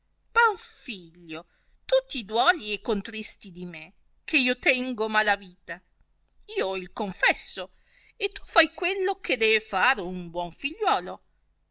disse panfilio tu ti duoli e contristi di me che io tengo mala vita io il confesso e tu fai quello che dee far un buon figliuolo